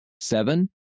Seven